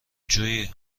جویی